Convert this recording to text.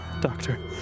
Doctor